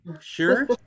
Sure